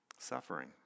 Suffering